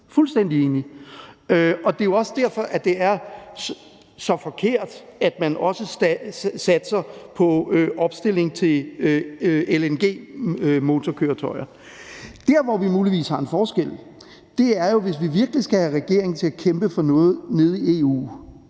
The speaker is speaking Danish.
fuldstændig enige. Og det er også derfor, at det er så forkert, at man også satser på opstilling til LNG-motorkøretøjer. Der, hvor vi muligvis har en forskel, er jo der, hvor vi, hvis vi virkelig skal have regeringen til at kæmpe for noget nede i EU,